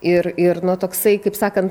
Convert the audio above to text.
ir ir na toksai kaip sakant